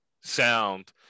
sound